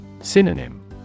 Synonym